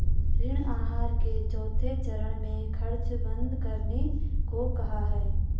ऋण आहार के चौथे चरण में खर्च बंद करने को कहा है